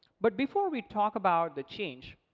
but before we talk about the change,